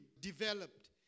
developed